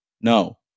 No